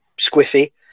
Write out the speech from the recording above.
squiffy